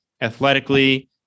athletically